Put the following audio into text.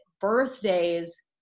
birthdays